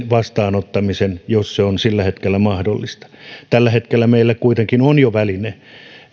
vastaanottamisen ja tekemisen jos se on sillä hetkellä mahdollista tällä hetkellä meillä kuitenkin on jo väline